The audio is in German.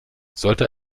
sollte